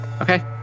Okay